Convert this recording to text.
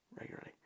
regularly